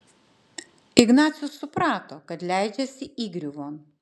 ignacius suprato kad leidžiasi įgriuvon